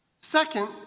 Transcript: Second